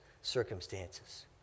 circumstances